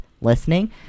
listening